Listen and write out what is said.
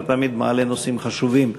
אתה תמיד מעלה נושאים חשובים,